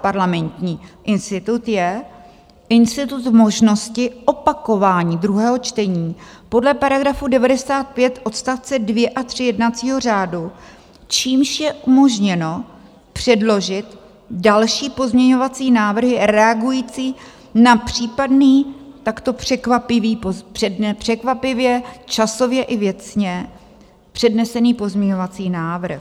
Parlamentní institut, je institut možnosti opakování druhého čtení podle § 95 odst. 2 a 3 jednacího řádu, čímž je umožněno předložit další pozměňovací návrhy reagující na případný takto překvapivý, překvapivě časově i věcně přednesený pozměňovací návrh.